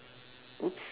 !oops!